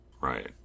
Right